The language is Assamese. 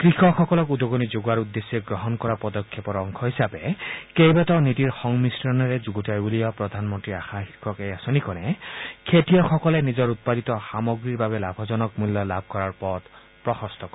কৃষকসকলক উদগনি যোগোৱাৰ উদ্দেশ্যে গ্ৰহণ কৰা পদক্ষেপৰ অংশ হিচাপে কেইবাটাও নীতি সংমিশ্ৰণেৰে যুগুতাই উলিওৱা প্ৰধানমন্ত্ৰী আশা শীৰ্ষক এই আঁচনিখনে খেতিয়কসকলে নিজৰ উৎপাদিত সামগ্ৰীৰ বাবে লাভজনক মূল্য লাভ কৰাৰ পথ প্ৰশস্ত কৰিব